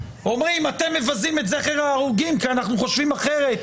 שאנחנו מבזים את זכר ההרוגים כי אנחנו חושבים אחרת